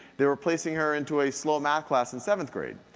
they were placing her into a slow math class in seventh grade.